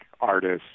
artists